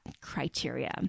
criteria